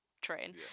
train